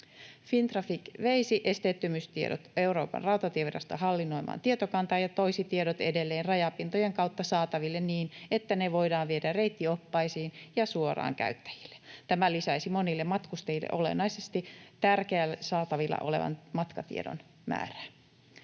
Fintraffic veisi esteettömyystiedot Euroopan rautatieviraston hallinnoimaan tietokantaan ja toisi tiedot edelleen rajapintojen kautta saataville niin, että ne voidaan viedä reittioppaisiin ja suoraan käyttäjille. Tämä lisäisi monille matkustajille olennaisesti tärkeän, saatavilla olevan matkatiedon määrää.